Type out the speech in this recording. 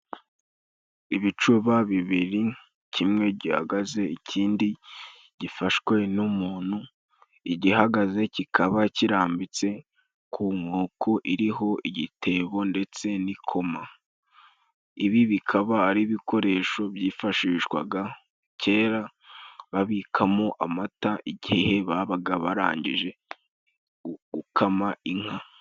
Ibicuba bibiri:kimwe gihagaze, ikindi gifashwe n'umuntu ,igihagaze kikaba kirambitse ku nkoko iriho igitebo ndetse n'ikoma. Ibi bikaba ari ibikoresho byifashishwaga kera babikamo amata igihe babaga barangije gu gukama inka.